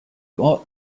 ought